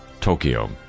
Tokyo